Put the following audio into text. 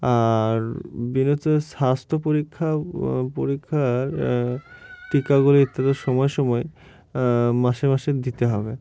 আর স্বাস্থ্য পরীক্ষা পরীক্ষার টিকাগুলি ইত্যাদি সময়ে সময়ে মাসে মাসে দিতে হবে